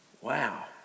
Wow